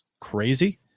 crazy